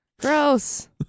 Gross